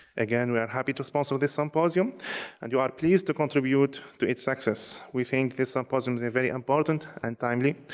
again, we are happy to sponsor this symposium and you are pleased to contribute to its success. we think this symposium is very important and timely.